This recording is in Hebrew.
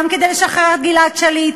גם כדי לשחרר את גלעד שליט.